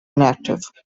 inactive